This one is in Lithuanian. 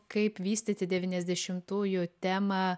kaip vystyti devyniasdešimtųjų temą